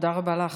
תודה לך.